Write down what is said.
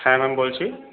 হ্যাঁ ম্যাম বলছি